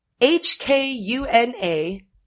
H-K-U-N-A